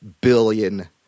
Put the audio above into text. billion